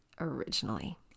originally